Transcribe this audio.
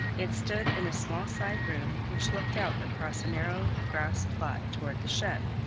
it stood in a small side room which looked out across a narrow grass plot toward the shed,